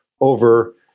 over